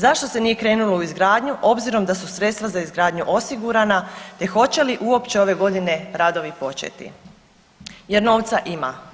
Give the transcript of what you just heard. Zašto se nije krenulo u izgradnju obzirom da su sredstva za izgradnju osigurana te hoće li uopće ove godine radovi početi jer novca ima.